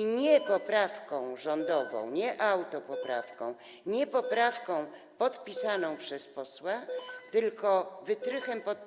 I nie poprawką rządową, nie autopoprawką, nie poprawką podpisaną przez posła, a wytrychem pt.